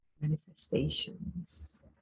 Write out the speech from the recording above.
manifestations